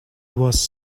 was